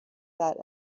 that